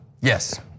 Yes